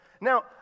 Now